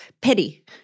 pity